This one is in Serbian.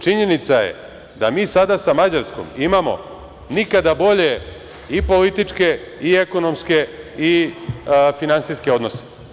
Činjenica je da mi sada sa Mađarskom nikada bolje i političke, i ekonomske, i finansijske odnose.